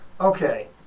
Okay